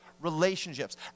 relationships